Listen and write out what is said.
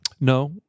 No